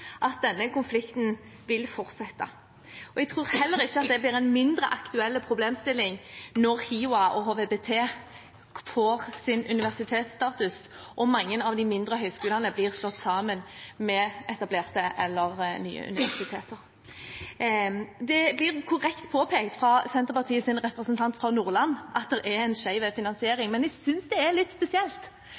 at denne konflikten vil fortsette. Jeg tror heller ikke at det blir en mindre aktuell problemstilling når HiOA og HVBT får universitetsstatus og mange av de mindre høyskolene blir slått sammen med etablerte eller nye universiteter. Det blir korrekt påpekt fra Senterpartiets representant fra Nordland at det er en skjev finansiering, men jeg synes det er litt spesielt